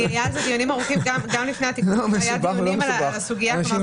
ניהלנו דיונים ארוכים על הסוגיה הזאת.